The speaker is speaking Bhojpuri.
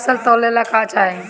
फसल तौले ला का चाही?